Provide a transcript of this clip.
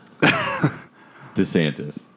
DeSantis